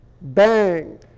bang